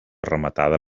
rematada